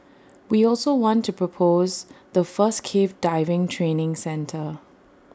we also want to propose the first cave diving training centre